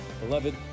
Beloved